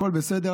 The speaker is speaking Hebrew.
הכול בסדר,